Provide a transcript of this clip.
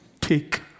take